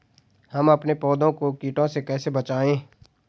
हम अपने पौधों को कीटों से कैसे बचाएं?